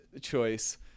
choice